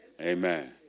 Amen